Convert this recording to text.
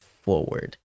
forward